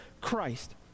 Christ